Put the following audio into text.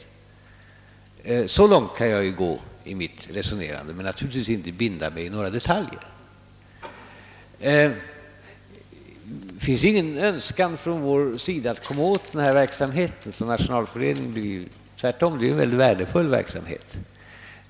Så långt kan jag ju gå i mitt resonemang, dock naturligtvis utan att binda mig i några detaljer. Det föreligger ingen önskan från vår sida att komma åt den verksamhet som Nationalföreningen bedriver. Vi anser tvärtom att det är en synnerligen värdefull verksamhet.